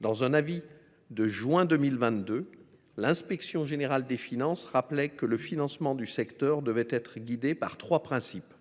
Dans un avis de juin 2022, l’inspection générale des finances rappelait déjà que le financement du secteur devait être guidé par trois principes